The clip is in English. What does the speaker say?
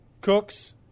Cooks